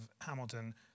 Hamilton